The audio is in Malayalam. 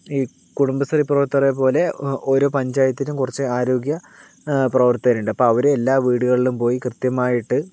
ഈ കുടുംബശ്രീ പ്രവർത്തകരെ പോലെ ഓരോ പഞ്ചായത്തിലും കുറച്ച് ആരോഗ്യ പ്രവർത്തകരുണ്ട് അപ്പൊൾ അവർ ഓരോ വീടുകളിലും പോയി കൃത്യമായിട്ട്